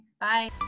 Bye